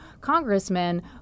congressmen